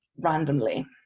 randomly